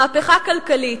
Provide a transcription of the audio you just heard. מהפכה כלכלית.